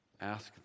ask